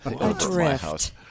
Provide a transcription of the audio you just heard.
Adrift